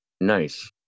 Nice